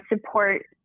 support